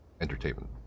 entertainment